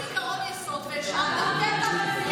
קבעתם עקרון יסוד והשארתם פתח,